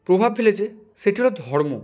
প্রভাব ফেলেছে সেটি হলো ধর্ম